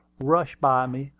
rushed by me,